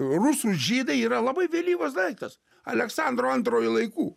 rusų žydai yra labai vėlyvas daiktas aleksandro antrojo laikų